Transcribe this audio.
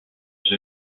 the